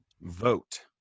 vote